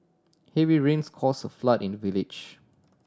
heavy rains cause a flood in the village